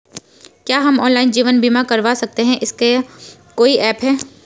क्या हम ऑनलाइन जीवन बीमा करवा सकते हैं इसका कोई ऐप है?